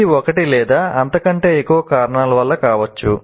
ఇది ఒకటి లేదా అంతకంటే ఎక్కువ కారణాల వల్ల కావచ్చు